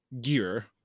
gear